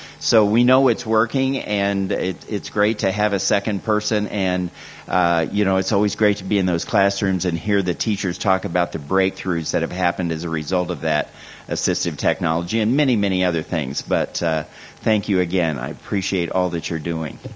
so we know it's working and it's great to have a second person and you know it's always great to be in those classrooms and hear the teachers talk about the breakthroughs that have happened as a result of that assistive technology and many, many other things but thank you again. i appreciate all that you're doing.